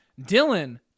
Dylan